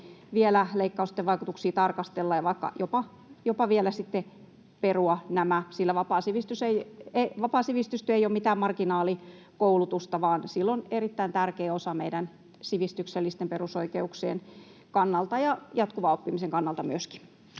leikkausten vaikutuksia, voisi vielä tarkastella, jopa vielä perua nämä, sillä vapaa sivistystyö ei ole mitään marginaalikoulutusta, vaan sillä on erittäin tärkeä osa meidän sivistyksellisten perusoikeuksien kannalta ja jatkuvan oppimisen kannalta myöskin.